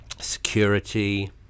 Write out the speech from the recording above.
security